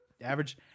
Average